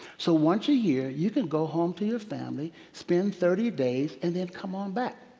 so once a year, you can go home to your family, spend thirty days and then come on back.